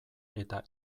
eta